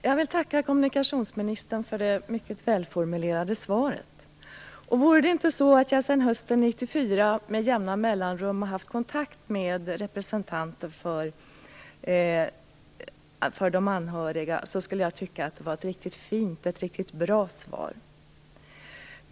Fru talman! Jag vill tacka kommunikationsministern för det mycket välformulerade svaret. Vore det inte så att jag sedan hösten 1994 med jämna mellanrum har haft kontakt med representanter för de anhöriga skulle jag tycka att det var ett riktigt fint och bra svar.